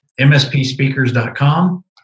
mspspeakers.com